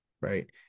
right